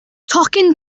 tocyn